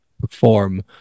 perform